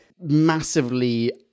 massively